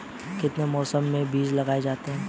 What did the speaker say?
किस मौसम में बीज लगाए जाते हैं?